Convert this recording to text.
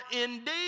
indeed